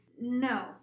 no